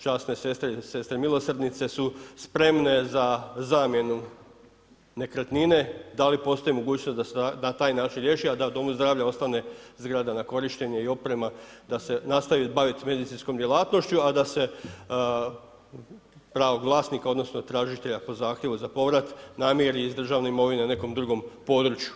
Časne sestre, sestre milosrdnice su spremne za zamjenu nekretnine, da li postoji mogućnost da se na taj način riješi, a da domu zdravlja ostane zgrada na korištenje i oprema da se nastavi baviti medicinskom djelatnošću, a da se pravog vlasnika odnosno tražitelja po zahtjevu za povrat namiri iz državne imovine nekom drugom području.